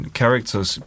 characters